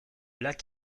lac